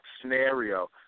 scenario